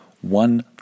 one